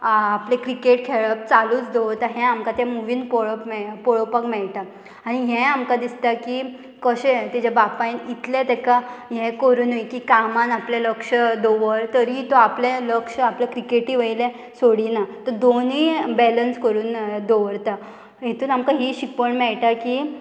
आपले क्रिकेट खेळप चालूच दवरता हें आमकां तें मुवीन पळप मेळ पळोवपाक मेळटा आनी हें आमकां दिसता की कशें तेज्या बापायन इतलें ताका हें करुनूय की कामान आपलें लक्ष दवर तरी तो आपलें लक्ष आपलें क्रिकेटी वयलें सोडिना तो दोनी बॅलंस करून दवरता हेतून आमकां ही शिकवण मेळटा की